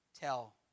tell